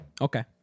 Okay